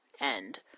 end